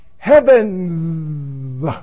heavens